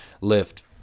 lift